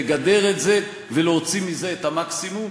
לגדר את זה, ולהוציא מזה את המקסימום,